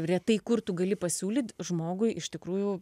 retai kur tu gali pasiūlyt žmogui iš tikrųjų